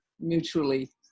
mutually